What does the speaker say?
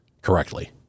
correctly